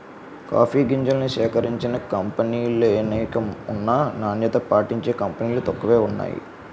coffee గింజల్ని సేకరించిన కంపినీలనేకం ఉన్నా నాణ్యత పాటించిన కంపినీలు తక్కువే వున్నాయి